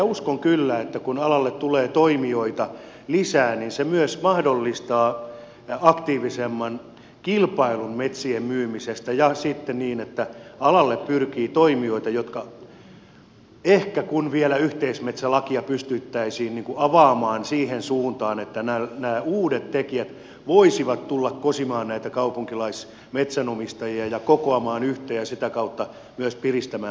uskon kyllä että kun alalle tulee toimijoita lisää niin se myös mahdollistaa aktiivisemman kilpailun metsien myymisestä ja sitten sen että alalle pyrkii toimijoita ja ehkä vielä yhteismetsälakia pystyttäisiin avaamaan siihen suuntaan että nämä uudet tekijät voisivat tulla kosimaan näitä kaupunkilaismetsänomistajia ja kokoamaan yhteen ja sitä kautta myös piristämään puukauppaa